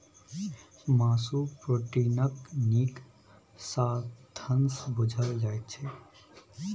मासु प्रोटीनक नीक साधंश बुझल जाइ छै